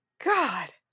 god